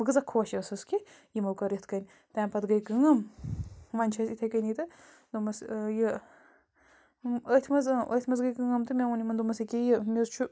بہٕ کۭژاہ خۄش ٲسٕس کہِ یِمو کٔر یِتھ کٔنۍ تَمہِ پَتہٕ گٔے کٲم وۄنۍ چھِ أسۍ یِتھَے کٔنی تہٕ دوٚپمَس یہِ أتھۍ منٛز أتھۍ منٛز گٔے کٲم تہٕ مےٚ ووٚن یِمَن دوٚپمَس ییٚکیٛاہ یہِ مےٚ حظ چھُ